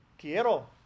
quiero